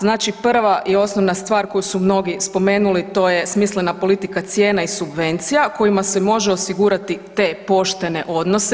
Znači prva i osnovna stvar koju su mnogi spomenuli to je smislena politika cijena i subvencija kojima se može osigurati te poštene odnose.